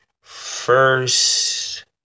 first